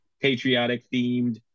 patriotic-themed